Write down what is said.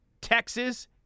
Texas